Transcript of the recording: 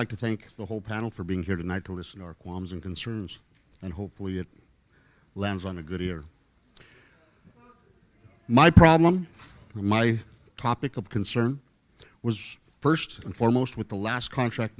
like to think the whole panel for being here tonight to listen or qualms and concerns and hopefully it lands on the good ear my problem my topic of concern was st and foremost with the last contract